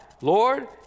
Lord